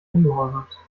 ungehorsams